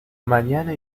mañana